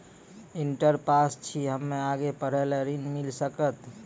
Inter pass छी हम्मे आगे पढ़े ला ऋण मिल सकत?